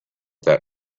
that